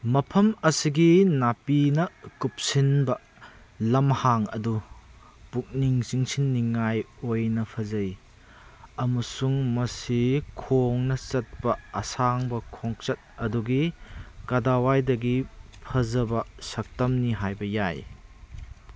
ꯃꯐꯝ ꯑꯁꯤꯒꯤ ꯅꯥꯄꯤꯅ ꯀꯨꯞꯁꯤꯟꯕ ꯂꯝꯍꯥꯡ ꯑꯗꯨ ꯄꯨꯛꯅꯤꯡ ꯆꯤꯡꯁꯤꯟꯅꯤꯉꯥꯏ ꯑꯣꯏꯅ ꯐꯖꯩ ꯑꯃꯁꯨꯡ ꯃꯁꯤ ꯈꯣꯡꯅ ꯆꯠꯄ ꯑꯁꯥꯡꯕ ꯈꯣꯡꯆꯠ ꯑꯗꯨꯒꯤ ꯀꯗꯥꯋꯥꯏꯗꯒꯤ ꯐꯖꯕ ꯁꯛꯇꯝꯅꯤ ꯍꯥꯏꯕ ꯌꯥꯏ